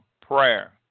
prayer